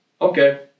okay